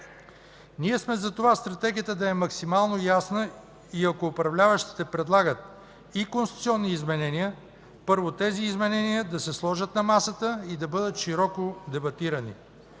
Ние сме за това Стратегията да е максимално ясна и ако управляващите предлагат и конституционни изменения, първо, тези изменения да се сложат на масата и да бъдат широко дебатирани.